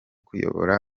kuyobora